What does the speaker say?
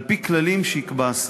על-פי כללים שיקבע השר.